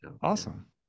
Awesome